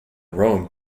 rome